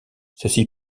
ceci